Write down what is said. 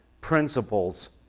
principles